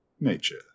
Nature